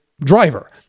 driver